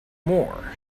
more